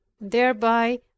thereby